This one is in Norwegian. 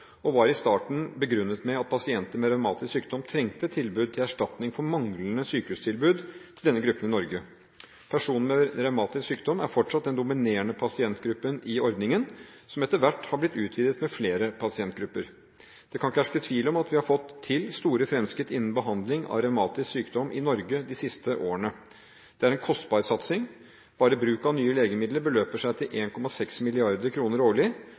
og var i starten begrunnet med at pasienter med revmatisk sykdom trengte et tilbud til erstatning for manglende sykehustilbud til denne gruppen i Norge. Personer med revmatisk sykdom er fortsatt den dominerende pasientgruppen i ordningen, som etter hvert har blitt utvidet med flere pasientgrupper. Det kan ikke herske tvil om at vi har fått til store fremskritt innen behandling av revmatisk sykdom i Norge de siste årene. Det er en kostbar satsing. Bare bruk av nye legemidler beløper seg til